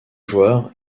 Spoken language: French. joueur